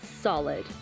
Solid